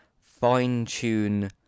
fine-tune